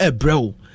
bro